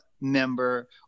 member